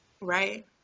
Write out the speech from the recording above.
Right